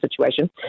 situation